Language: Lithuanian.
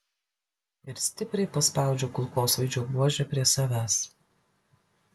ir stipriai paspaudžiu kulkosvaidžio buožę prie savęs